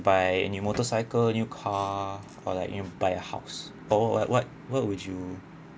buy new motorcycle new car or like even buy a house or like what what would you